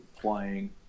playing